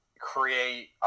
create